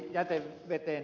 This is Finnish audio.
arvoisa puhemies